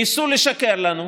ניסו לשקר לנו,